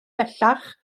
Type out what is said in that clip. bellach